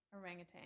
Orangutan